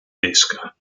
tedesca